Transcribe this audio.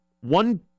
one